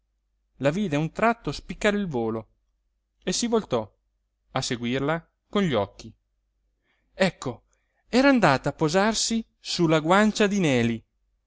la vide a un tratto spiccare il volo e si voltò a seguirla con gli occhi ecco era andata a posarsi sulla guancia di neli